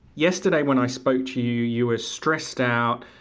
yesterday when i spoke to you, you were stressed out,